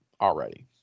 already